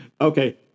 Okay